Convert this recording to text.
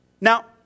Now